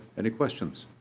any questions?